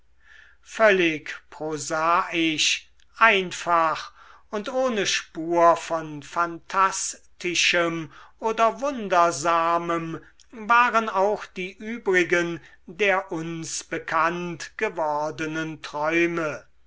völlig prosaisch einfach und ohne spur von phantastischem oder wundersamem waren auch die übrigen der uns bekannt gewordenen träume